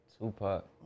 Tupac